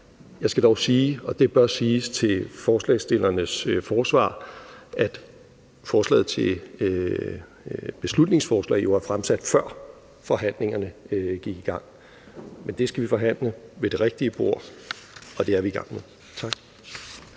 Jeg skal dog sige – og det bør siges til forslagsstillernes forsvar – at beslutningsforslaget jo er fremsat, før forhandlingerne gik i gang. Men det skal vi forhandle ved det rigtige bord, og det er vi i gang med. Tak.